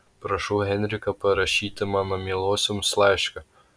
prašau henriką parašyti mano mielosioms laišką